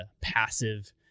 passive